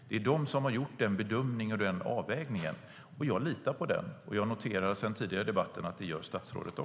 Det är de som har gjort bedömningen och avvägningen, och jag litar på den. Jag noterar sedan den tidigare debatten att det gör också statsrådet.